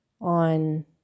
on